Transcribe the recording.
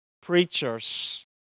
preachers